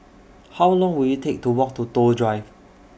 How Long Will IT Take to Walk to Toh Drive